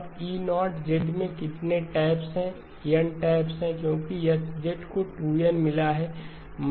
अब E0 में कितने टैप हैं N टैप हैं क्योंकि H को 2N मिला है